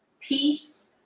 peace